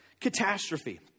catastrophe